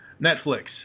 netflix